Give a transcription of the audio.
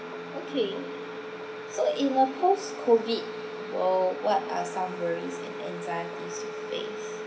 okay so in a post COVID will what are some worries and anxieties you face